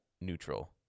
neutral